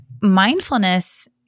mindfulness